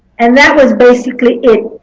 and that was basically it.